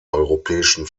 europäischen